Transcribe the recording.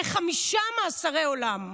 לחמישה מאסרי עולם.